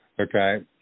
Okay